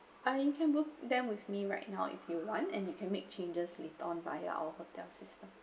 uh you can book them with me right now if you want and you can make changes later on by our hotel system